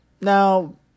Now